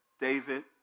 David